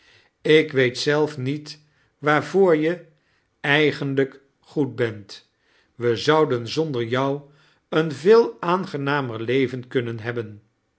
ik weet zelf met wiaarvoor je eigenlijk goed bent wij zouden zonder jou een veel aangenamer leven kunnen hebben